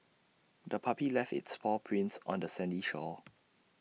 the puppy left its paw prints on the sandy shore